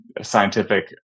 scientific